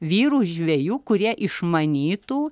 vyrų žvejų kurie išmanytų